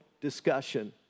discussion